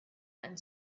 and